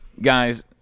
guys